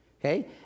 Okay